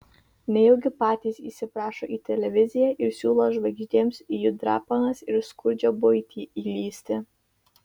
nejaugi patys įsiprašo į televiziją ir siūlo žvaigždėms į jų drapanas ir skurdžią buitį įlįsti